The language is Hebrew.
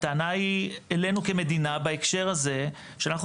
הטענה היא אלינו כמדינה בהקשר הזה שאנחנו